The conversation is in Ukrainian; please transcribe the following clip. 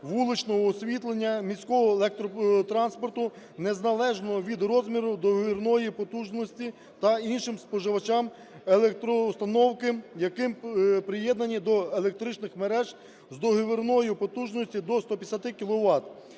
вуличного освітлення, міського електротранспорту, незалежно від розміру договірної потужності, та іншим споживачам електроустановки, які приєднані до електричних мереж з договірною потужністю до 150